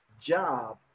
job